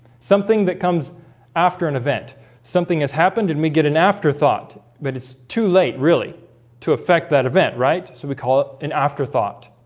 something that comes after an event something has happened and we get an afterthought, but it's too late really to affect that event right, so we call it an afterthought